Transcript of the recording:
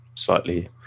slightly